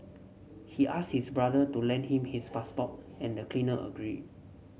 he asked his brother to lend him his passport and the cleaner agreed